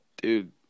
dude